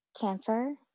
Cancer